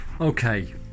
Okay